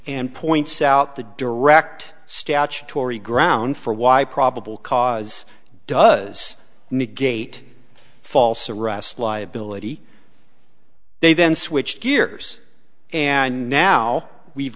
and points out the direct statutory ground for why probable cause does negate false arrest liability they then switched gears and now we've